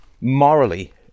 morally